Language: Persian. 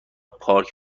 پارک